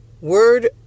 word